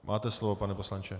Máte slovo, pane poslanče.